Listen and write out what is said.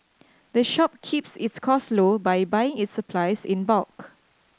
the shop keeps its cost low by buying its supplies in bulk